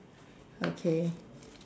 okay